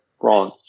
wrong